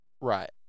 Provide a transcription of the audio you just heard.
Right